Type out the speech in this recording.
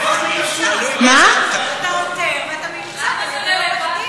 אתה עותר, ואתה מיוצג על-ידי עורך-דין.